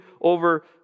over